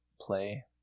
play